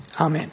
amen